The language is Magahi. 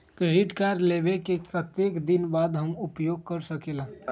क्रेडिट कार्ड लेबे के कतेक दिन बाद हम उपयोग कर सकेला?